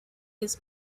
his